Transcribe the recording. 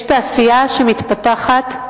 יש תעשייה שמתפתחת,